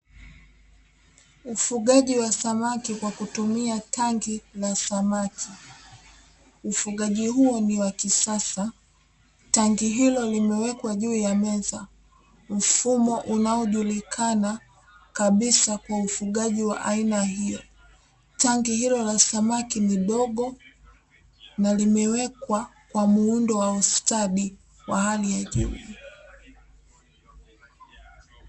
Ufugaji wa samaki kwa kutumia tanki la samaki ufugaji huo ni wa kisasa. Tanki hilo limewekwa juu ya meza mfumo unaojulikana kabisa kwa ufugaji wa haina hiyo. Tanki hilo la samaki ni ndogo na limewekwa kwa muundo wa ustadi wa hali ya juu.